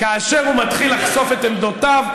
כאשר הוא מתחיל לחשוף את עמדותיו,